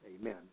amen